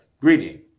greeting